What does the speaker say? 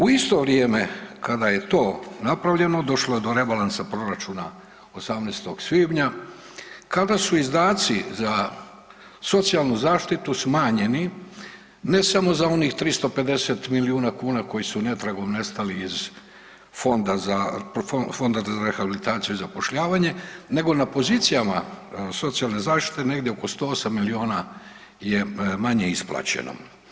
U isto vrijeme kada je to napravljeno došlo je do rebalansa proračuna 18. svibnja kada su izdaci za socijalnu zaštitu smanjeni ne samo za onih 350 milijuna kuna koji su netragom nestali iz Fonda za rehabilitaciju i zapošljavanje nego na pozicijama socijalne zaštite negdje oko 108 milijuna je manje isplaćeno.